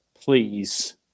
please